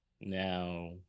Now